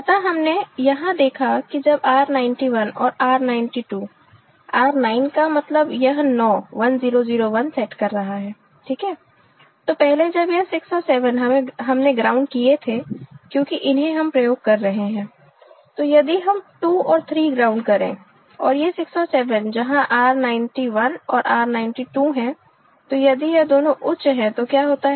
अतः हमने यहां देखा कि जब R91 और R92 R9 का मतलब यह 9 1 0 0 1 सेट कर रहा है ठीक है तो पहले जब यह 6 और 7 हमने ग्राउंड किए थे क्योंकि इन्हें हम प्रयोग कर रहे हैं तो यदि हम 2 और 3 ग्राउंड करें और ये 6 और 7 जहां R91 और R92 हैं तो यदि यह दोनों उच्च है तो क्या होता है